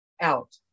out